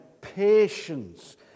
patience